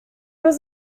was